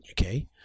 Okay